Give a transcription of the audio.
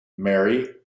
mary